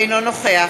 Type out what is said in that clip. אינו נוכח